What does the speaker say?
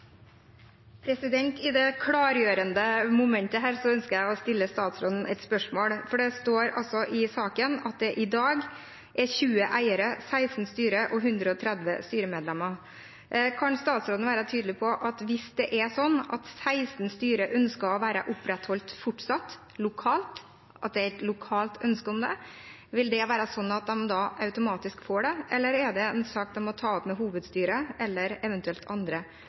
I det klargjørende momentet her ønsker jeg å stille statsråden et spørsmål. Det står i saken at det i dag er 20 eiere, 16 styrer og 130 styremedlemmer. Kan statsråden være tydelig på hvis det er slik at 16 styrer fortsatt ønskes opprettholdt lokalt og det er et lokalt ønske om det, at de automatisk blir det. Eller er det en sak de må ta opp med hovedstyret eller eventuelt andre?